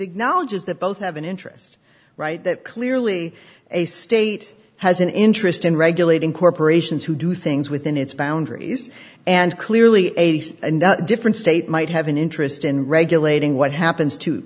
acknowledges both have an interest right that clearly a state has an interest in regulating corporations who do things within its boundaries and clearly a different state might have an interest in regulating what happens to